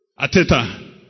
Ateta